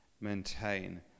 maintain